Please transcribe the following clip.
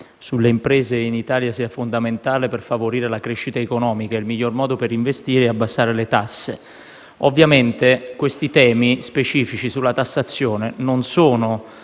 sulle imprese in Italia sia fondamentale per favorire la crescita economica e il miglior modo per investire è abbassare le tasse. Ovviamente questi temi specifici sulla tassazione non sono